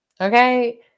okay